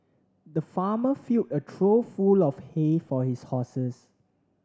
the farmer filled a trough full of hay for his horses